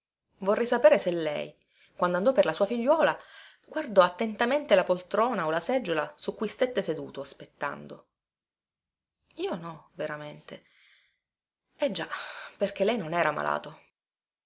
vorrei sapere se lei quando andò per la sua figliuola guardò attentamente la poltrona o la seggiola su cui stette seduto aspettando io no veramente eh già perché lei non era malato